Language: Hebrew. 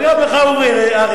וגם לך, אורי.